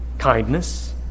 Kindness